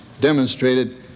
demonstrated